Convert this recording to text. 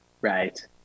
Right